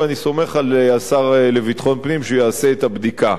ואני סומך על השר לביטחון הפנים שהוא יעשה את הבדיקה.